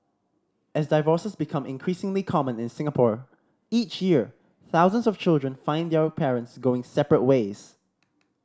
as divorces become increasingly common in Singapore each year thousands of children find their parents going separate ways